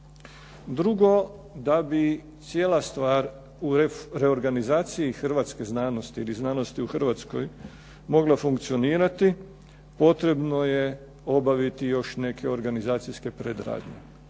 Drugo, da bi cijela stvar u reorganizaciji hrvatske znanosti ili znanosti u Hrvatskoj mogla funkcionirati, potrebno je obaviti još neke organizacijske predradnje.